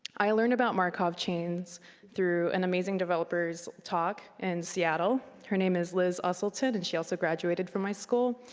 i learned about markov chains through an amazing developers talk in seattle. her name is liz uselted and she also graduated from my school.